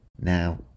now